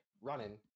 running